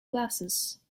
glasses